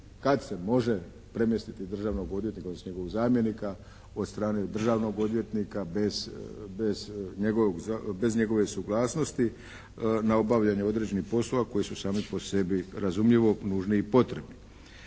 kad se može premjestiti državnog odvjetnika odnosno njegovog zamjenika od strane državnog odvjetnika bez njegove suglasnosti na obavljanje određenih poslova koji su sami po sebi razumljivo nužne i potrebne.